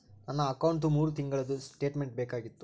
ನನ್ನ ಅಕೌಂಟ್ದು ಮೂರು ತಿಂಗಳದು ಸ್ಟೇಟ್ಮೆಂಟ್ ಬೇಕಾಗಿತ್ತು?